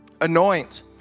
Anoint